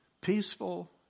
peaceful